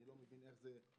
אני לא מבין איך זה קורה.